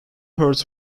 hurts